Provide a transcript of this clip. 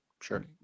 sure